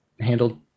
handled